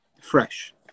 fresh